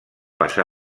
passa